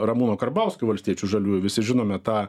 ramūno karbauskio valstiečių žaliųjų visi žinome tą